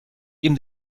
ihm